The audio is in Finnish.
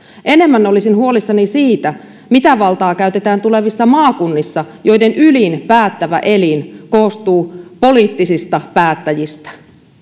enemmän olisin huolissani siitä mitä valtaa käytetään tulevissa maakunnissa joiden ylin päättävä elin koostuu poliittisista päättäjistä